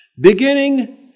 Beginning